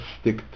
stick